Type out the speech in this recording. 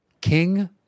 King